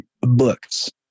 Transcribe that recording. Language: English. books